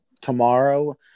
tomorrow